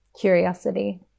Curiosity